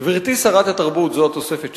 גברתי שרת התרבות, זו התוספת שלי: